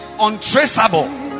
untraceable